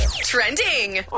Trending